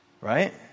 Right